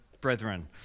brethren